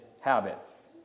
habits